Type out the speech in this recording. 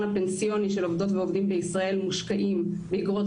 הפנסיוני של עובדות ועובדים בישראל מושקעים באגרות